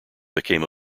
became